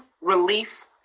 relief